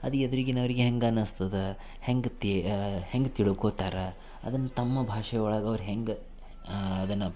ಅದು ಎದುರಿನವ್ರಿಗೆ ಹೆಂಗೆ ಅನ್ನಸ್ತದೆ ಹೆಂಗೆ ತಿ ಹೆಂಗೆ ತಿಳ್ಕೊತಾರ ಅದನ್ನು ತಮ್ಮ ಭಾಷೆಯೊಳಗೆ ಅವ್ರು ಹೆಂಗೆ ಅದನ್ನು